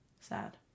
Sad